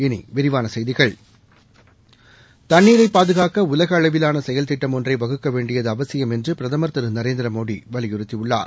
இனி விரிவான செய்திகள் தண்ணீரை பாதுகாக்க உலக அளவிலான செயல் திட்டம் ஒன்றை வகுக்க வேண்டியது அவசியம் என்று பிரதமர் திரு நரேந்திர மோடி வலியுறுத்தியுள்ளார்